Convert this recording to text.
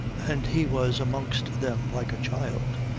and he was amongst them like a child,